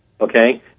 Okay